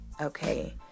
okay